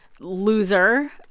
loser